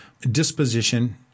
disposition